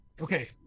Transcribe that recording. Okay